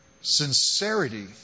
Sincerity